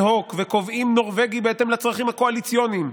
הוק וקובעים נורבגי בהתאם לצרכים הקואליציוניים,